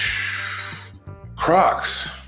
Crocs